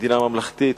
מדינה ממלכתית,